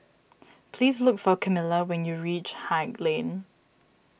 please look for Kamilah when you reach Haig Lane